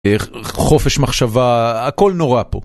חופש מחשבה הכל נורא פה.